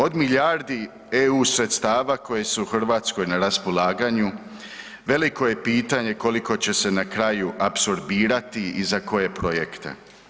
Od milijardi EU sredstava koje su Hrvatskoj na raspolaganju, veliko je pitanje koliko će se na kraju apsorbirati i za koje projekte.